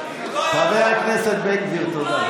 חבר הכנסת בן גביר, תודה.